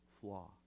flaw